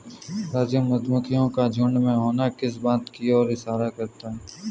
राजू मधुमक्खियों का झुंड में होना किस बात की ओर इशारा करता है?